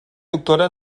doctora